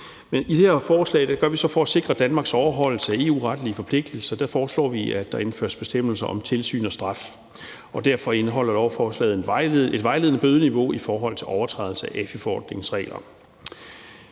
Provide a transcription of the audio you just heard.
I det her forslag foreslår vi så for at sikre Danmarks overholdelse af EU-retlige forpligtelser, at der indføres bestemmelser om tilsyn og straf, og derfor indeholder lovforslaget et vejledende bødeniveau i forhold til overtrædelse AFI-forordningens regler.